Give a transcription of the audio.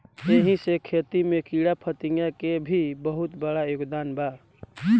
एही से खेती में कीड़ाफतिंगा के भी बहुत बड़ योगदान बा